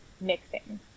mixing